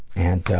and ah,